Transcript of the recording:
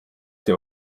der